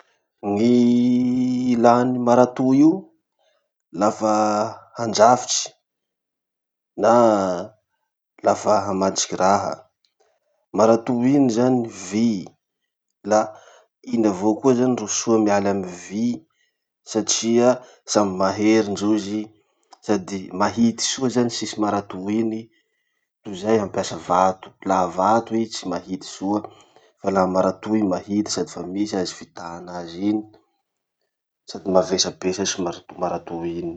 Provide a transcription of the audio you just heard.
Gny ilà gny marato io, lafa handrafitry, na lafa hamatsiky raha. Marato iny zany vy, la iny avao koa zany ro soa mialy amy vy satria samy mahery ndrozy sady mahity soa zany sisy marato iny zany tozay hampiasa vato. Laha vato i tsy mahity soa, fa la marato izy mahita sady fa misy azy fitana azy iny sady mavesabesatry mart- marato iny.